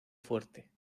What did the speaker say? fuerte